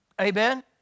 Amen